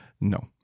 no